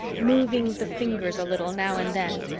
moving the fingers a little now and then,